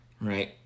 Right